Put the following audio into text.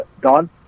Don